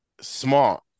smart